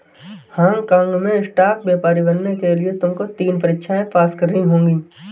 Hong काँग में stock व्यापारी बनने के लिए तुमको तीन परीक्षाएं पास करनी होंगी